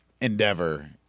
endeavor